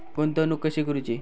गुंतवणूक कशी करूची?